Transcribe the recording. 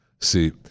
See